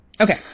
Okay